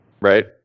Right